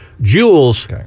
Jewel's